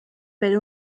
per